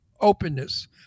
openness